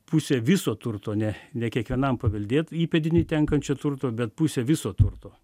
pusę viso turto ne ne kiekvienam paveldė įpėdiniui tenkančio turto bet pusę viso turto